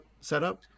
setup